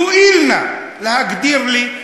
תואיל נא להגדיר לי,